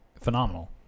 phenomenal